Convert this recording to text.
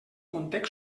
context